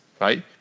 right